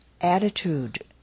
attitude